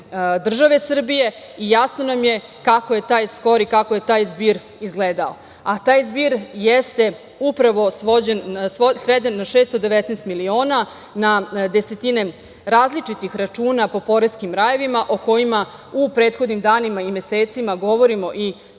države Srbije i jasno nam je kako je taj skor i kako je taj zbir izgledao. Taj zbir jeste upravo sveden na 619 miliona, na desetine različitih računa po poreskim rajevima o kojima u prethodnim danima i mesecima govorimo i